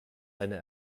einer